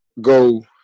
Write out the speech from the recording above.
go